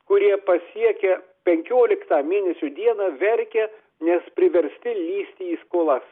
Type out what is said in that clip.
kurie pasiekė penkioliktą mėnesio dieną verkia nes priversti lįsti į skolas